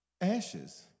ashes